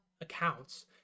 accounts